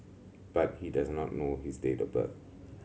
but he does not know his date of birth